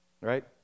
Right